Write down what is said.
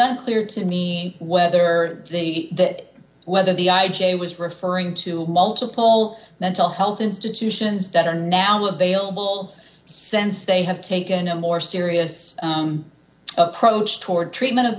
unclear to me whether that whether the i j a was referring to multiple mental health institutions that are now available since they have taken a more serious approach toward treatment of